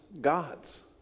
gods